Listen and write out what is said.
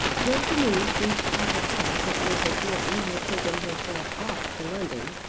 till the news reached hoppet hall that mrs. morton had taken herself off to london,